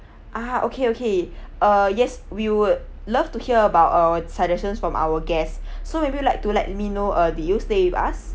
ah okay okay uh yes we would love to hear about our suggestions from our guests so maybe you'd like to let me know err did you stay with us